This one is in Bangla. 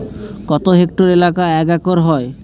কত হেক্টর এলাকা এক একর হয়?